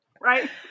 Right